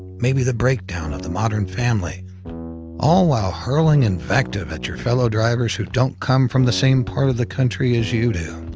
maybe the breakdown of the modern family all while hurling invective at your fellow drivers who don't come from the same part of the country as you do.